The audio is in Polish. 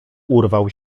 urwał